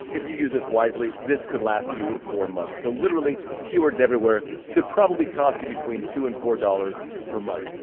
if you use this wisely, this could last you four months. so literally keywords everywhere should probably cost you between two and four dollars per month.